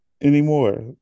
anymore